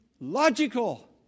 logical